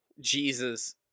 Jesus